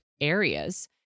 areas